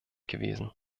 gewesen